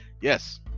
Yes